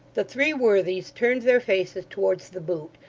the three worthies turned their faces towards the boot,